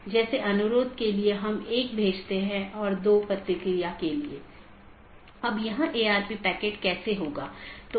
यह विज्ञापन द्वारा किया जाता है या EBGP वेपर को भेजने के लिए राउटिंग विज्ञापन बनाने में करता है